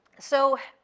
so,